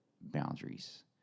boundaries